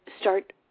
start